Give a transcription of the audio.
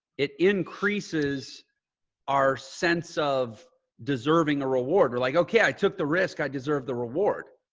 it increases our sense of deserving a reward or like, okay, i took the risk, i deserve the reward,